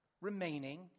remaining